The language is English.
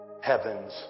heaven's